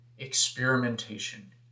experimentation